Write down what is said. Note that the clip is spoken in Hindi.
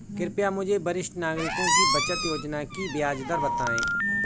कृपया मुझे वरिष्ठ नागरिकों की बचत योजना की ब्याज दर बताएं